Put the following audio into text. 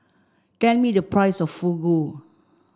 me the price of Fugu